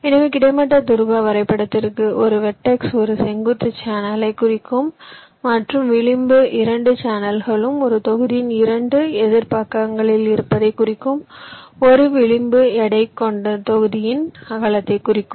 எனவே கிடைமட்ட துருவ வரைபடத்திற்கு ஒரு வெர்டெக்ஸ் ஒரு செங்குத்து சேனலைக் குறிக்கும் மற்றும் விளிம்பு இரண்டு சேனல்களும் ஒரு தொகுதியின் இரண்டு எதிர் பக்கங்களில் இருப்பதைக் குறிக்கும் ஒரு விளிம்பு எடை தொகுதியின் அகலத்தைக் குறிக்கும்